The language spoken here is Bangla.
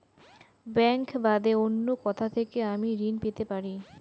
ব্যাংক বাদে অন্য কোথা থেকে আমি ঋন পেতে পারি?